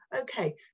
okay